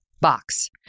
box